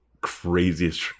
craziest